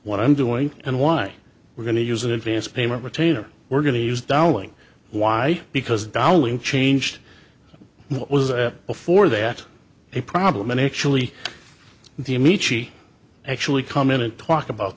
what i'm doing and why we're going to use an advance payment retainer we're going to use dowling why because dolling changed what was before that a problem and actually the amaechi actually come in and talk about